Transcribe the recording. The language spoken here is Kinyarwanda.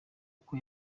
uko